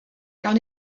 gawn